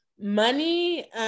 money